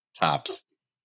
tops